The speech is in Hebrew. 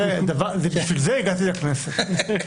בשביל זה הגעתי לכנסת.